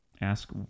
Ask